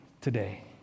today